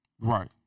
Right